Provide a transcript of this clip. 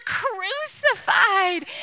crucified